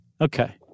Okay